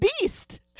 beast